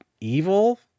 evil